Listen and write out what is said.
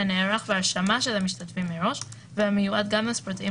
הנערך בהרשמה של המשתתפים מראש והמיועד גם לספורטאים